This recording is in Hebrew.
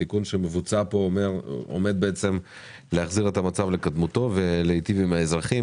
התיקון שמוצע כאן עומד להחזיר את המצב לקדמותו ולהיטיב עם האזרחים.